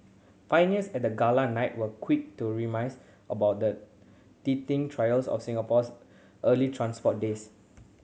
pioneers at the gala night were quick to reminisce about the teething trials of Singapore's early transport days